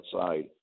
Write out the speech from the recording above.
outside